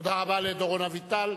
תודה רבה לדורון אביטל.